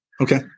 Okay